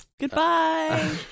Goodbye